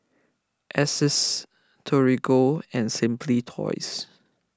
Asics Torigo and Simply Toys